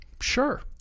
sure